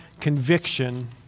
conviction